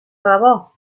debò